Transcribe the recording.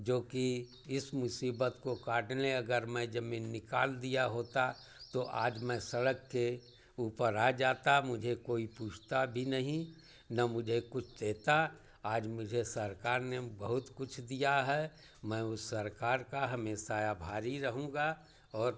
जोकि इस मुसीबत को काटने अगर मैं जमीन निकाल दिया होता तो आज मैं सड़क के ऊपर आ जाता मुझे कोई पूछता भी नहीं न मुझे कुछ देता आज मुझे सरकार ने बहुत कुछ दिया है मैं उस सरकार का हमेशा आभारी रहूँगा और